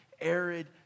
arid